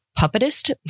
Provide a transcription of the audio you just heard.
puppetist